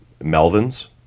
Melvins